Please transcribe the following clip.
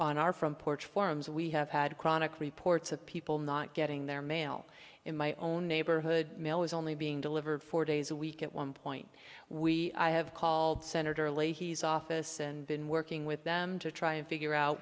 on our front porch forms we have had chronic reports of people not getting their mail in my own neighborhood mail was only being delivered four days a week at one point we have called senator leahy's office and been working with them to try and figure out